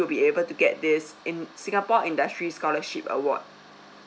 will be able to get this in singapore industry scholarship award